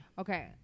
Okay